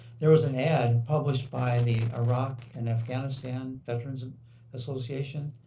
there was an ad and published by the iraq and afghanistan veteran's and association.